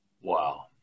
wow